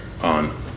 on